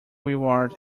reward